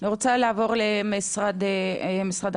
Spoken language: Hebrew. אני רוצה לעבור למשרד החינוך,